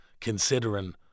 considering